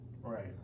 right